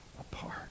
apart